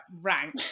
rank